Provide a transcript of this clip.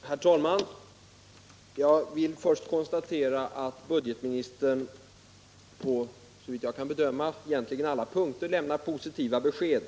Herr talman! Jag vill först konstatera att budgetministern på såvitt jag kan bedöma alla punkter i min interpellation har lämnat positiva besked.